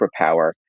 superpower